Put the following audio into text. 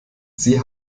sie